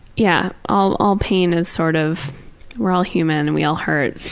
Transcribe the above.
yeah, all all pain is sort of we're all human and we all hurt.